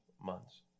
months